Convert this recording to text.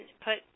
put